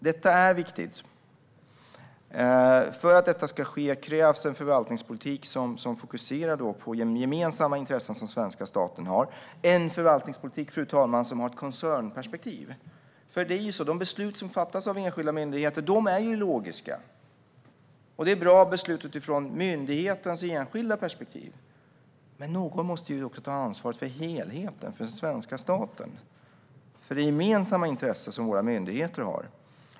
Detta är viktigt, och för att det ska ske krävs en förvaltningspolitik som fokuserar på gemensamma intressen som svenska staten har. Det är en förvaltningspolitik som har ett koncernperspektiv. De beslut som fattas av enskilda myndigheter är logiska. Det är bra beslut utifrån myndighetens enskilda perspektiv. Men någon måste ju också ta ansvaret för helheten, för den svenska staten, för det gemensamma intresse som våra myndigheter har.